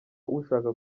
ushaka